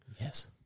Yes